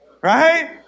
Right